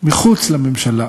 מחוץ לממשלה.